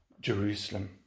Jerusalem